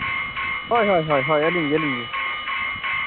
ᱦᱳᱭ ᱦᱳᱭ ᱟᱹᱞᱤᱧ ᱜᱮ ᱟᱹᱞᱤᱧ ᱜᱮ